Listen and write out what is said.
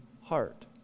heart